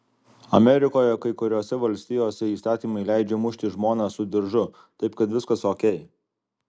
amerikoje kai kuriose valstijose įstatymai leidžia mušti žmoną su diržu taip kad viskas okei